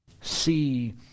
See